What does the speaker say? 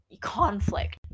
conflict